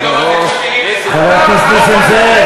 ממש בושה,